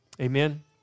Amen